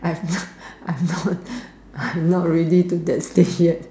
I thought I thought I am not ready to that stage yet